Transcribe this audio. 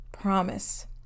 promise